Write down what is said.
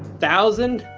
thousand?